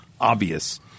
obvious